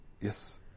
Yes